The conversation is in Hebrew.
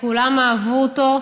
כולם אהבו אותו,